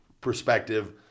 perspective